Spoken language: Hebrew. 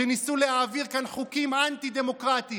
שניסו להעביר כאן חוקים אנטי-דמוקרטיים,